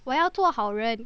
我要做好人